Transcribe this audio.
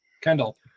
Kendall